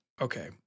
Okay